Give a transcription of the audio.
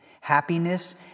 Happiness